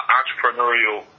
entrepreneurial